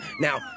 Now